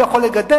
הוא יכול לגדף,